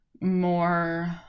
more